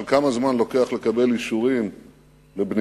של כמה זמן לוקח לקבל אישורים לבנייה,